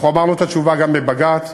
אנחנו אמרנו את התשובה גם בבג"ץ.